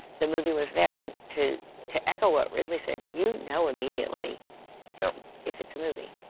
the movie was there. and to to echo what ridley said, you know immediately yeah if it's a movie.